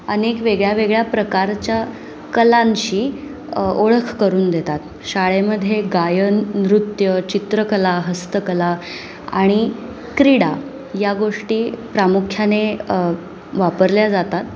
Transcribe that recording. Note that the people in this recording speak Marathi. अनेक वेगळ्या वेगळ्या प्रकारच्या कलांशी ओळख करून देतात शाळेमध्ये गायन नृत्य चित्रकला हस्तकला आणि क्रीडा या गोष्टी प्रामुख्याने वापरल्या जातात